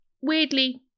weirdly